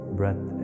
breath